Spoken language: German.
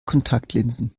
kontaktlinsen